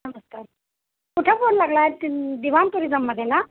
नमस्कार कुठं फोन लागला आहे ती दिवान टुरिजममध्ये ना